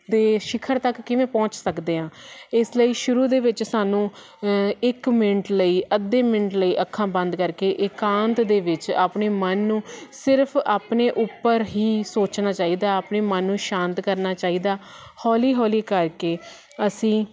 ਦੇ ਸ਼ਿਖਰ ਤੱਕ ਕਿਵੇਂ ਪਹੁੰਚ ਸਕਦੇ ਹਾਂ ਇਸ ਲਈ ਸ਼ੁਰੂ ਦੇ ਵਿੱਚ ਸਾਨੂੰ ਇੱਕ ਮਿੰਟ ਲਈ ਅੱਧੇ ਮਿੰਟ ਲਈ ਅੱਖਾਂ ਬੰਦ ਕਰਕੇ ਇਕਾਂਤ ਦੇ ਵਿੱਚ ਆਪਣੇ ਮਨ ਨੂੰ ਸਿਰਫ ਆਪਣੇ ਉੱਪਰ ਹੀ ਸੋਚਣਾ ਚਾਹੀਦਾ ਆਪਣੇ ਮਨ ਨੂੰ ਸ਼ਾਂਤ ਕਰਨਾ ਚਾਹੀਦਾ ਹੌਲੀ ਹੌਲੀ ਕਰਕੇ ਅਸੀਂ